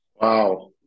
Wow